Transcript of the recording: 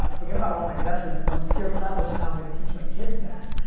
forget about all my investments, i'm scared crapless of how i'm going to teach my kids that,